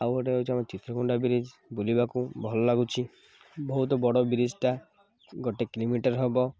ଆଉ ଗୋଟେ ହେଉଛି ଆମର ଚିତ୍ରକଣ୍ଡା ବ୍ରିଜ୍ ବୁଲିବାକୁ ଭଲ ଲାଗୁଛି ବହୁତ ବଡ଼ ବ୍ରିଜ୍ଟା ଗୋଟେ କିଲୋମିଟର ହବ